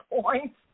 point